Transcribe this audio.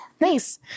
Nice